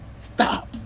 Stop